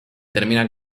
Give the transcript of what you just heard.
termina